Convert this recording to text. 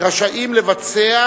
ורשאית לבצע,